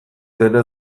dena